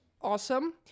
Awesome